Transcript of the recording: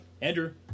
Andrew